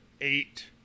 eight